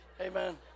Amen